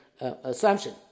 assumption